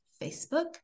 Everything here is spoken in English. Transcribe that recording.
Facebook